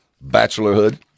bachelorhood